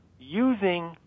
using